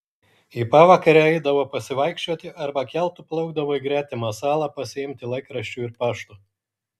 į pavakarę eidavo pasivaikščioti arba keltu plaukdavo į gretimą salą pasiimti laikraščių ir pašto